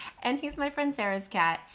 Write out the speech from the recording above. and he's my friend sarah's cat.